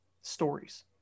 stories